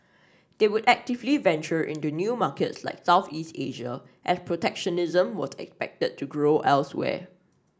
they would actively venture into new markets like Southeast Asia as protectionism was expected to grow elsewhere